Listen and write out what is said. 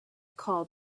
called